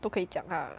都可以讲 ah